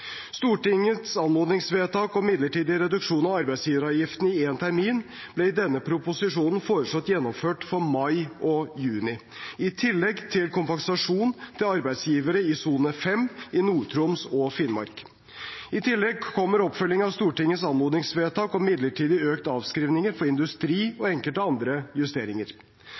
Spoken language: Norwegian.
Stortingets anmodningsvedtak om midlertidig reduksjon av arbeidsgiveravgiften i en termin ble i denne proposisjonen foreslått gjennomført for mai og juni, i tillegg til kompensasjon til arbeidsgivere i sone V, i Nord-Troms og Finnmark. I tillegg kommer oppfølgingen av Stortingets anmodningsvedtak om midlertidig økte avskrivninger for industri og enkelte andre justeringer.